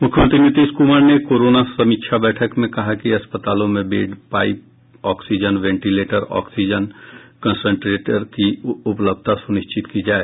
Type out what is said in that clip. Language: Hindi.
मुख्यमंत्री नीतीश कुमार ने कोरोना समीक्षा बैठक में कहा कि अस्पतालों में bed pipe oxygen ventilator oxygen concentrator की उपलब्धता सुनिश्चित की जाए